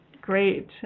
Great